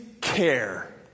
care